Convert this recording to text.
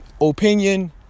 opinion